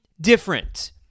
different